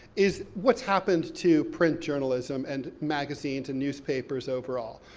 is what's happened to print journalism, and magazines, and newspapers overall.